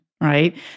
right